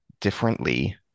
differently